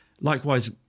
Likewise